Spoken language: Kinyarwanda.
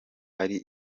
hari